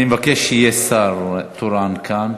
אני מבקש שיהיה שר תורן כאן.